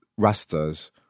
Rastas